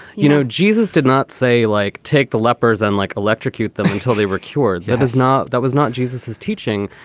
you know jesus did not say like take the lepers on like electrocute them until they were cured. that is not that was not jesus's teaching.